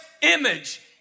image